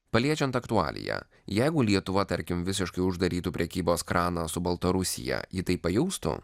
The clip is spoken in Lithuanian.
paliečiant aktualiją jeigu lietuva tarkim visiškai uždarytų prekybos kraną su baltarusija ji tai pajaustų